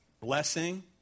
blessing